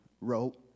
wrote